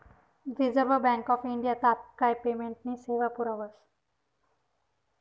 reserve bank of India तात्काय पेमेंटनी सेवा पुरावस